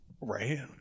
Right